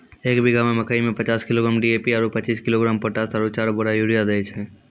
एक बीघा मे मकई मे पचास किलोग्राम डी.ए.पी आरु पचीस किलोग्राम पोटास आरु चार बोरा यूरिया दैय छैय?